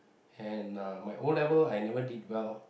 and uh my O level I never did well